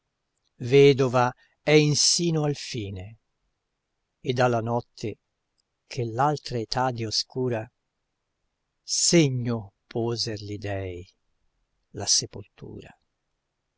vedova è insino al fine ed alla notte che l'altre etadi oscura segno poser gli dei la sepoltura